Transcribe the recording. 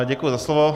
Děkuji za slovo.